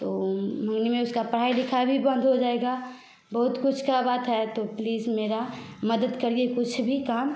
तो महीने में उसका पढ़ाई लिखाई भी बंद हो जाएगा बहुत कुछ करवाते हैं तो प्लीज मेरा मदद करिए कुछ भी काम